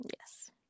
yes